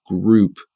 group